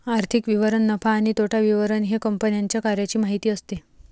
आर्थिक विवरण नफा आणि तोटा विवरण हे कंपन्यांच्या कार्याची माहिती असते